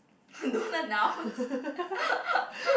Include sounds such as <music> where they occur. <laughs> don't announce <laughs>